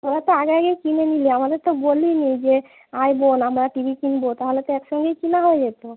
তোরা তো আগে আগে কিনে নিলি আমাদের তো বললি না যে আয় বোন আমরা টিভি কিনবো তাহলে তো একসঙ্গেই কেনা হয়ে যেতো